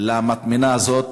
למטמנה הזאת.